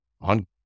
on